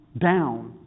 down